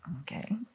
Okay